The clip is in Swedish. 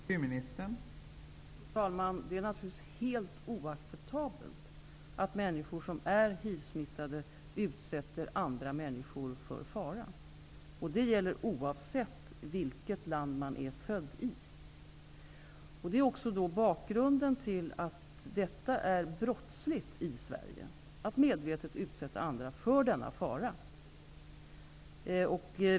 Fru talman! Det är naturligtvis helt oacceptabelt att människor som är hivsmittade utsätter andra människor för fara. Det gäller oavsett vilket land man är född i. Det är också bakgrunden till att det i Sverige är brottsligt att medvetet utsätta andra människor för denna fara.